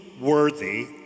worthy